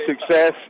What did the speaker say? success